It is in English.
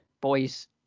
Boys